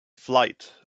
flight